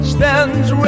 Stands